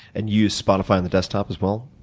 and you use spotify on the desktop as well?